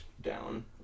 down